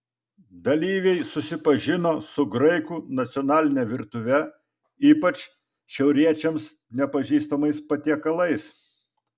dalyviai susipažino su graikų nacionaline virtuve ypač šiauriečiams nepažįstamais patiekalais